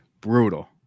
brutal